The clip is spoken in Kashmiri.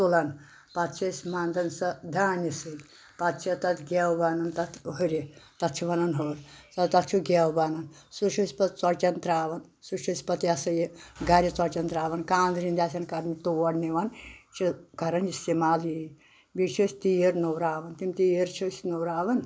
تُلان پتہٕ چھِ أسۍ مندان سۄ دانِہ سۭتۍ پتہٕ چھِ تتھ گیو بنان تتھ ہٕرِ تتھ چھِ ونان ہٕر تتھ چھُ گیٚو بنان سُہ چھِ أسۍ پتہٕ ژۄچٮ۪ن تراوان سُہ چھِ أسۍ پتہٕ یہِ ہسا یہِ گَرِ ژۄچٮ۪ن تراوان کاندرِ ہندۍ آسان کران تور نِوان چھِ کران استعمال یہِ بییہِ چھِ أسۍ تیٖر نوراوان تِم تیٖر چھِ أسۍ نوراوان